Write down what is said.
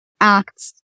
acts